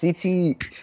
CT